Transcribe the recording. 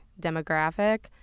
demographic